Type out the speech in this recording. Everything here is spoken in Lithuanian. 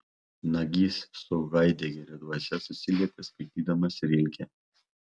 nagys su haidegerio dvasia susilietė skaitydamas rilkę